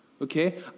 okay